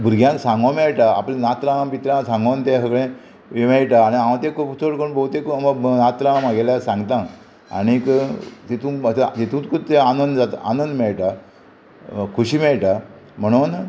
भुरग्यांक सांगो मेळटा आपले नातरां बित्रां सांगोन तें सगळें हें मेळटा आनी हांव तें खूब चड कोरून भोवतेक नातरां म्हगेल्या सांगता आनीक तितूंत हितूंतकूत तें आनंद जाता आनंद मेळटा खोशी मेळटा म्हणून